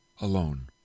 alone